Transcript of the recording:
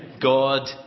God